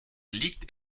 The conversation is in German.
liegt